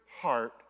heart